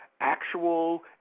actual